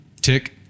tick